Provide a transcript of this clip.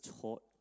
taught